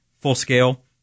full-scale